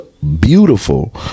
Beautiful